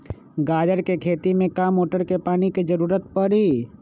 गाजर के खेती में का मोटर के पानी के ज़रूरत परी?